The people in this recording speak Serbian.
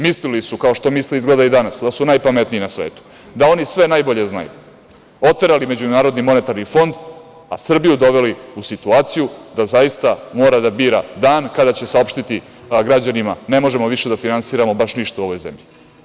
Mislili su, kao što misle izgleda i danas da su najpametniji na svetu, da oni sve najbolje znaju, oterali MMF, a Srbiju doveli u situaciju da zaista mora da bira dan kada će saopštiti građanima da ne možemo više da finansiramo baš ništa u ovoj zemlji.